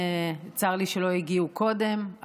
צר לי שלא הגיעו קודם,